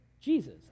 Jesus